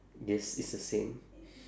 yes it's the same